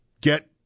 get